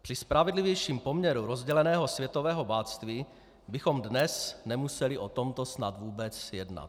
Při spravedlivějším poměru rozděleného světového bohatství bychom dnes nemuseli o tomto snad vůbec jednat.